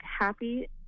happy